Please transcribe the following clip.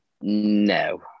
No